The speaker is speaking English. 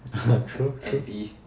true true